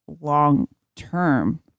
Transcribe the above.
long-term